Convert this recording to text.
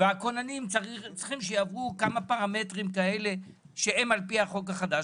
והכוננים צריכים שיעברו כמה פרמטרים כאלה שהם על פי החוק החדש,